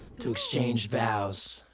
to exchange vows.